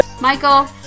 Michael